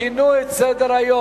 שינו את סדר-היום,